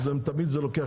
אז הם תמיד זה לוקח